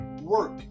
work